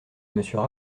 monsieur